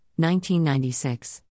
1996